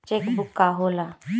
Check book का होला?